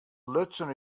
lutsen